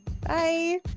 bye